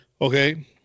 Okay